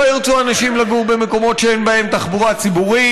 לא ירצו אנשים לגור במקומות שאין בהם תחבורה ציבורית,